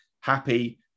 happy